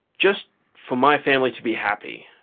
just for my family to be happy,